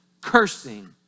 cursing